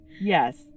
Yes